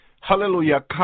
hallelujah